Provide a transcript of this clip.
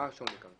מה ההבדל כאן?